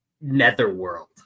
Netherworld